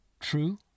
true